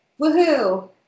Woohoo